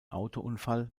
autounfall